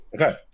Okay